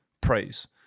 praise